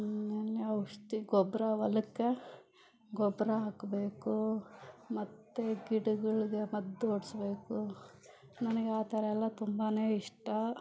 ಔಷಧಿ ಗೊಬ್ಬರ ಹೊಲಕ್ಕೆ ಗೊಬ್ಬರ ಹಾಕ್ಬೇಕು ಮತ್ತೆ ಗಿಡ್ಗಳ್ಗೆ ಮದ್ದು ಒಡೆಸ್ಬೇಕು ನನಗೆ ಆ ಥರಯೆಲ್ಲ ತುಂಬನೇ ಇಷ್ಟ